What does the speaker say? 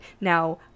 now